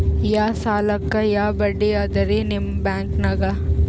ಯಾ ಸಾಲಕ್ಕ ಯಾ ಬಡ್ಡಿ ಅದರಿ ನಿಮ್ಮ ಬ್ಯಾಂಕನಾಗ?